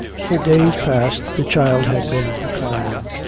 for days past the child had been declining,